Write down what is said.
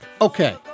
Okay